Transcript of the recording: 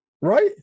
Right